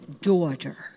Daughter